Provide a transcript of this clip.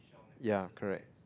ya correct